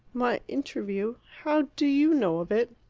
my interview how do you know of it?